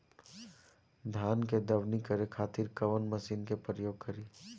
धान के दवनी करे खातिर कवन मशीन के प्रयोग करी?